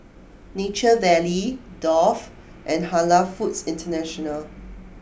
Nature Valley Dove and Halal Foods International